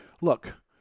look